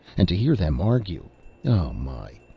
and to hear them argue oh, my!